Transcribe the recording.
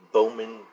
Bowman